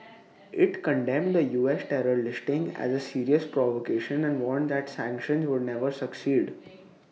IT condemned the U S terror listing as A serious provocation and warned that sanctions would never succeed